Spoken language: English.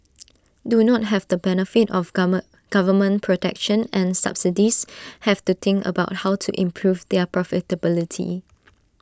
do not have the benefit of gamer government protection and subsidies have to think about how to improve their profitability